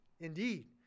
Indeed